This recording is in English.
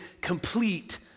complete